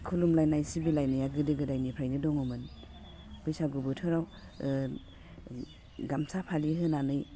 खुलुमलायनाय सिबिलायनाया गोदो गोदायनिफ्रायनो दङमोन बैसागु बोथोराव गामसा फालि होनानै